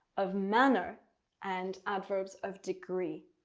of manner and adverbs of degree.